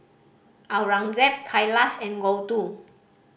Aurangzeb Kailash and Gouthu